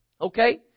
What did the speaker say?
Okay